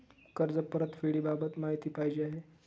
कर्ज परतफेडीबाबत माहिती पाहिजे आहे